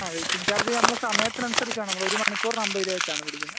ആ waiting charge നമ്മളെ സമയത്തിന് അനുസരിച്ചാണ് നമ്മളൊരു മണിക്കൂറിന് അൻപത് രൂപ വെച്ചാണ് പിടിക്കുന്നത്